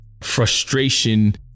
frustration